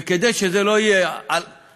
וכדי שזה לא יהיה בחלוננו,